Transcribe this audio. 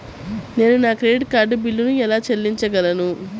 నేను నా credit card బిల్లును ఎలా చెల్లించగలను?